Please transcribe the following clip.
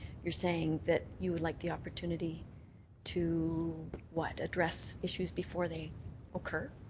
you're saying that you would like the opportunity to what, address issues before they occur?